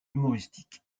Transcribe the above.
humoristique